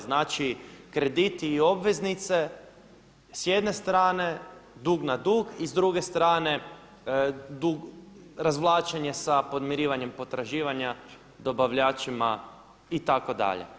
Znači krediti i obveznice s jedne strane dug na dug i s druge strane dug, razvlačenje sa podmirivanjem potraživanja dobavljačima itd.